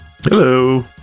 Hello